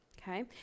Okay